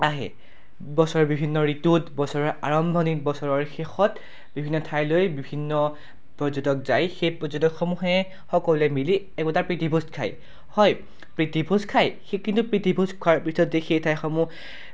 আহে বছৰ বিভিন্ন ঋতুত বছৰৰ আৰম্ভণিত বছৰৰ শেষত বিভিন্ন ঠাইলৈ বিভিন্ন পৰ্যটক যায় সেই পৰ্যটকসমূহে সকলোৱে মিলি একোটা প্ৰীতিভোজ খায় হয় প্ৰীতিভোজ খায় সেই কিন্তু প্ৰীতিভোজ খোৱাৰ পিছতেই সেই ঠাইসমূহ